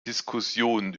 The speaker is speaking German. diskussionen